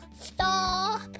Stop